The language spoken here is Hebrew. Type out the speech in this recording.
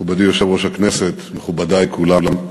מכובדי יושב-ראש הכנסת, מכובדי כולם,